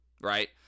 right